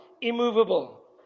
immovable